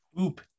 Oop